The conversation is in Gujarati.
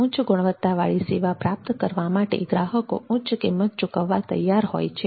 ઉચ્ચ ગુણવત્તાવાળી સેવા પ્રાપ્ત કરવા માટે ગ્રાહકો ઉચ્ચ કિંમત ચૂકવવા તૈયાર હોય છે